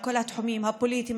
על כל התחומים: הפוליטיים,